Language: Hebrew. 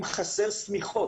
אם חסרות שמיכות.